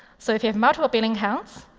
so if you have multiple billing accounts,